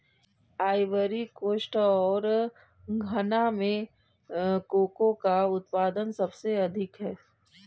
Ivory coast और घना में कोको का उत्पादन सबसे अधिक है